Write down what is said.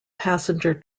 passenger